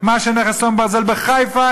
מה שנכס צאן ברזל בחיפה,